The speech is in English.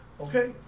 Okay